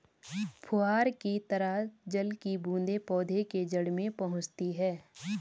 फुहार की तरह जल की बूंदें पौधे के जड़ में पहुंचती है